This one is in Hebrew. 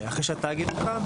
אחרי שהתאגיד הוקם,